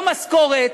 לא משכורת,